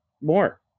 more